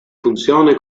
funzione